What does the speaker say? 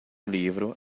livro